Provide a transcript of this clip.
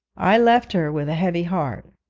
i left her with a heavy heart.